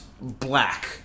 black